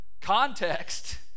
Context